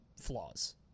flaws